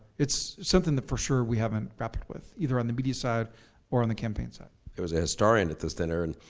it's something that for sure we haven't grappled with, either on the media side or on the campaign side. it was a historian at this dinner and